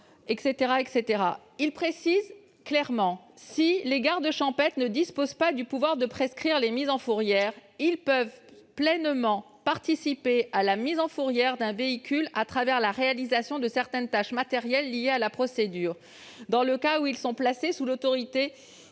» Il ajoutait :« Si les gardes champêtres ne disposent pas du pouvoir de prescrire les mises en fourrière, ils peuvent cependant pleinement participer à la mise en fourrière d'un véhicule à travers la réalisation de certaines tâches matérielles liées à la procédure, dans le cas où ils sont placés sous l'autorité